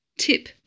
Tip